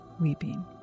weeping